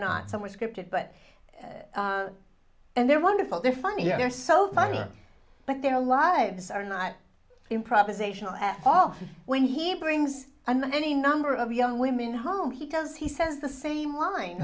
not so much scripted but and they're wonderful they're funny they're so funny but their lives are not improvisational at all when he brings on any number of young women how he does he says the same line